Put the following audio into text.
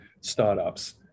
startups